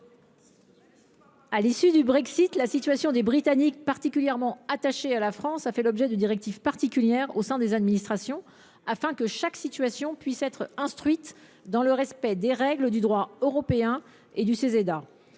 À la suite du Brexit, la situation des Britanniques particulièrement attachés à la France a fait l’objet d’une directive particulière au sein des administrations, afin que chaque situation puisse être instruite dans le respect des règles du droit européen et du